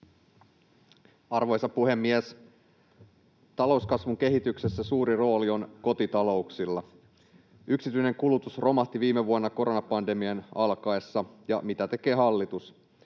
Arvoisa puhemies! Talouskasvun kehityksessä suuri rooli on kotitalouksilla. Yksityinen kulutus romahti viime vuonna koronapandemian alkaessa — ja mitä tekee hallitus?